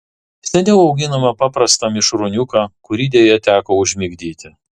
seniau auginome paprastą mišrūniuką kurį deja teko užmigdyti